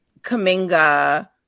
Kaminga